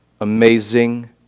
Amazing